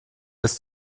bis